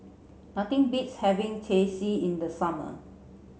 nothing beats having Teh C in the summer